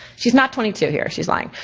she's not twenty two here, she's lying.